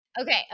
Okay